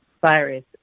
virus